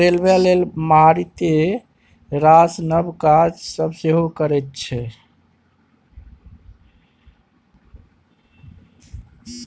सरकार रेलबे लेल मारिते रास नब काज सब सेहो करैत छै